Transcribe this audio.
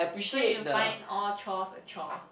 so you find all chores a chore